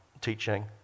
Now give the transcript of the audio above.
teaching